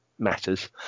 matters